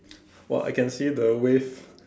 !wah! I can see the waves